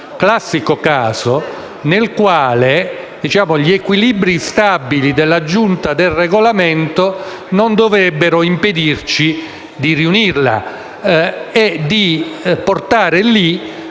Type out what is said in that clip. classico caso in cui gli equilibri instabili della Giunta per il Regolamento non dovrebbero impedirci di riunirla e di portare in